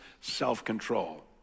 self-control